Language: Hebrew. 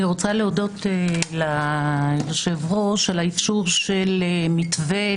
אני רוצה להודות ליושב-ראש על האישור של המתווה,